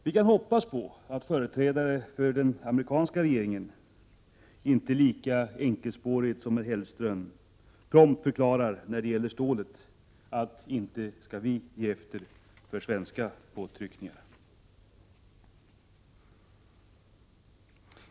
Vi kan hoppas på att företrädare för den 141 amerikanska regeringen inte lika enkelspårigt som herr Hellström prompt förklarar när det gäller stålet att inte skall vi ge efter för svenska påtryckningar.